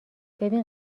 ببین